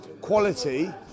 quality